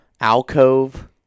alcove